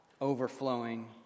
overflowing